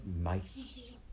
mice